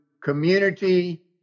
community